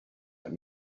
let